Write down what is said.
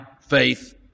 faith